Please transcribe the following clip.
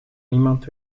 niemand